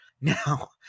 Now